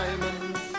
diamonds